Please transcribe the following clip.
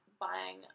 buying